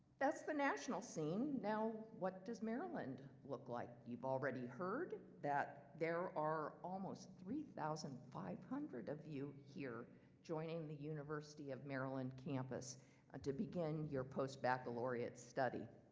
that's the national scene, now what does maryland look like? you've already heard that there are almost three thousand five hundred of you here joining the university of maryland campus and to begin your post-baccalaureate study.